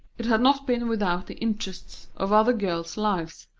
it had not been without the interests of other girls' lives,